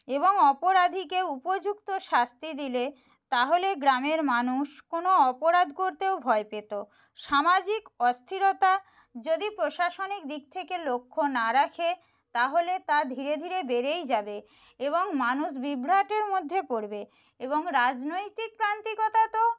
এবং অপরাধীকে উপযুক্ত শাস্তি দিলে তাহলে গ্রামের মানুষ কোনো অপরাধ করতেও ভয় পেত সামাজিক অস্থিরতা যদি প্রশাসনিক দিক থেকে লক্ষ্য না রাখে তাহলে তা ধীরে ধীরে বেড়েই যাবে এবং মানুষ বিভ্রাটের মধ্যে পড়বে এবং রাজনৈতিক প্রান্তিকতা তো